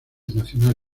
nacional